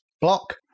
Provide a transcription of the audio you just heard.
block